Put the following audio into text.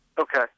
okay